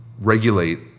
regulate